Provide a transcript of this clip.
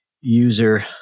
user